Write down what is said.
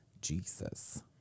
Jesus